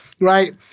right